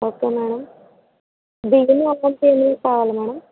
okay madam oil tin కావాలా madam